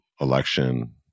election